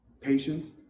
patience